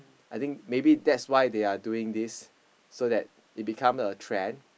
I think maybe that's why they're doing this so that it become a trend